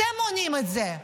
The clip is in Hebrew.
אתם מונעים את זה.